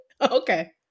Okay